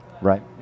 Right